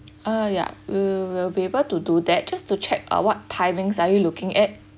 uh ya we will be able to do that just to check uh what timings are you looking at